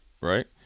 right